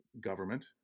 government